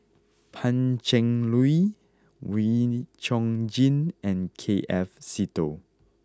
Pan Cheng Lui Wee Chong Jin and K F Seetoh